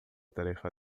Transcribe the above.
tarefa